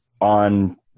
on